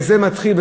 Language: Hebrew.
וזה מתחיל,